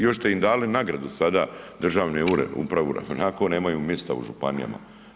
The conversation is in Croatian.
Još ste im dali nagradu sada, državni ured, upravu, iako nemaju mjesta u županijama.